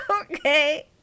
okay